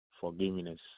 forgiveness